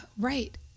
right